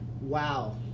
Wow